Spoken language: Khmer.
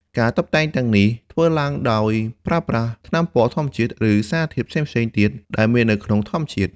ការតុបតែងទាំងនេះធ្វើឡើងដោយប្រើប្រាស់ថ្នាំពណ៌ធម្មជាតិ ឬសារធាតុផ្សេងៗទៀតដែលមាននៅក្នុងធម្មជាតិ។